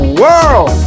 world